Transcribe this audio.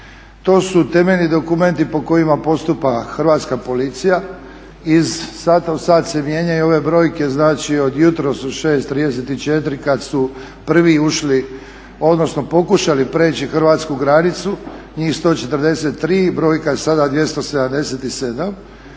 To su temeljni dokumenti po kojima postupa Hrvatska policija. Iz sata u sat se mijenjaju ove brojke. Znači, od jutros u 6,34 kad su prvi ušli, odnosno pokušali prijeći hrvatsku granicu, njih 143, brojka je sada 277.